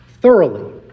thoroughly